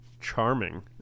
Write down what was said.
Charming